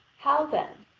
how then?